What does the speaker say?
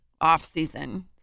off-season